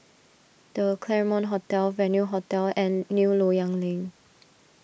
the Claremont Hotel Venue Hotel and New Loyang Link